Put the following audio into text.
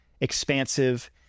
expansive